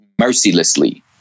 mercilessly